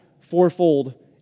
fourfold